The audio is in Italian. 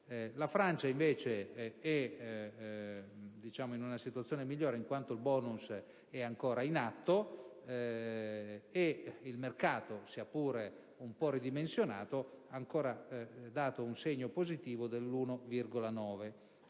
La Francia invece ha una situazione migliore, in quanto il *bonus* è ancora in atto e il mercato, sia pure un po' ridimensionato, ha dato un segnale positivo dell'1,9